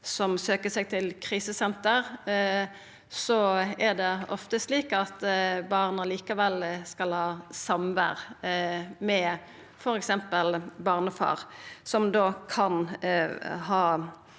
som søkjer seg til krisesenter, og da er det ofte slik at barn likevel skal ha samvær f.eks. med barnefar, som da kan ha